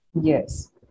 Yes